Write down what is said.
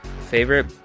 favorite